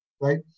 right